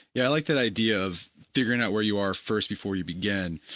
yeah, i like that idea of figuring out where you are first before you begin.